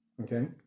Okay